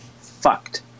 fucked